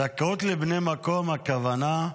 זכאות לבני מקום, הכוונה,